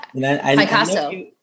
Picasso